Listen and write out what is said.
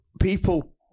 people